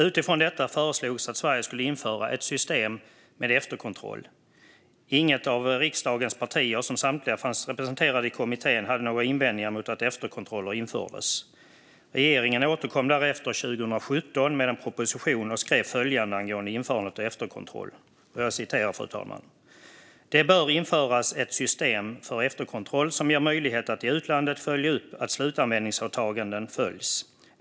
Utifrån detta föreslogs att Sverige skulle införa ett system med efterkontroll. Inget av riksdagens partier, som samtliga fanns representerade i kommittén, hade några invändningar mot att införa efterkontroller. Regeringen återkom därefter 2017 med en proposition och skrev följande angående införandet av efterkontroll: Det bör införas ett system för efterkontroll som ger möjlighet att i utlandet följa upp att slutanvändningsåtaganden följs.